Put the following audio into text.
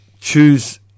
choose